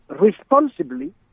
responsibly